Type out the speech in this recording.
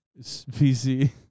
PC